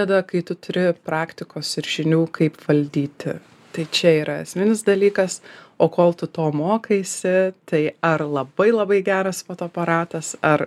tada kai tu turi praktikos ir žinių kaip valdyti tai čia yra esminis dalykas o kol tu to mokaisi tai ar labai labai geras fotoaparatas ar